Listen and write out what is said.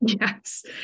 Yes